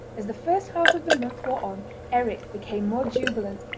as the first half of the month wore on eric became more jubilant,